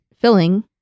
filling